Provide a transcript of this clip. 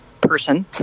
person